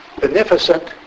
beneficent